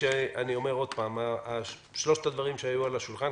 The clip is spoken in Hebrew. כשאני אומר שוב ששלושת הדברים שהיו על השולחן,